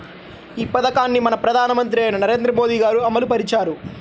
ఈ పథకాన్ని మన ప్రధానమంత్రి అయిన నరేంద్ర మోదీ గారు అమలు పరిచారు